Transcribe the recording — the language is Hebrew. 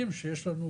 כשרותית.